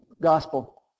gospel